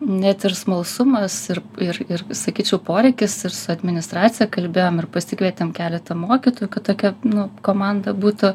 net ir smalsumas ir ir ir sakyčiau poreikis ir su administracija kalbėjom ir pasikvietėm keletą mokytojų kad tokia nu komanda būtų